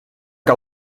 que